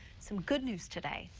some good news today.